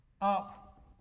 up